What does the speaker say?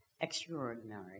extraordinary